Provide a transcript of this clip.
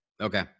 Okay